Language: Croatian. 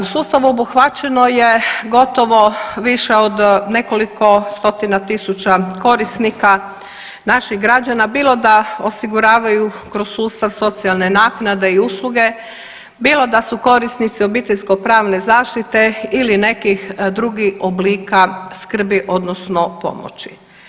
U sustavu obuhvaćeno je gotovo više od nekoliko stotina tisuća korisnika naših građana bilo da osiguravaju kroz sustav socijalne naknade i usluge, bilo da su korisnici obiteljsko pravne zaštite ili nekih drugih oblika skrbi odnosno pomoći.